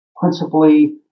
principally